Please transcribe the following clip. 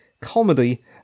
comedy